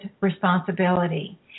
responsibility